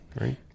right